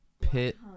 Pit